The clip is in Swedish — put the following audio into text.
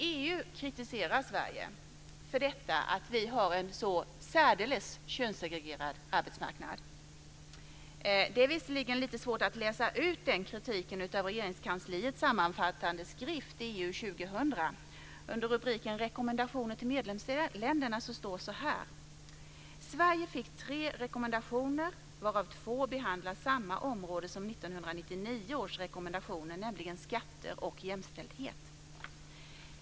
EU kritiserar Sverige för att vi har en så särdeles könssegregerad arbetsmarknad. Det är visserligen lite svårt att läsa ut den kritiken i Regeringskansliets sammanfattande skrift EU 2000. Det står så här under rubriken Rekommendationer till medlemsländerna: Sverige fick tre rekommendationer, varav två behandlar samma område som 1999 års rekommendationer, nämligen skatter och jämställdhet.